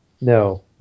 No